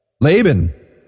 Laban